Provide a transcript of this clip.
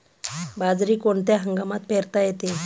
बाजरी कोणत्या हंगामात पेरता येते?